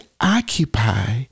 occupy